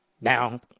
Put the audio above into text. Now